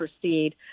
proceed